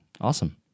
Awesome